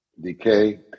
decay